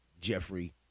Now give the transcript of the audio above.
Jeffrey